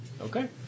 Okay